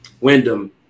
Wyndham